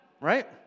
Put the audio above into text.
right